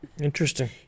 Interesting